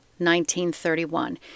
1931